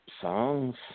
songs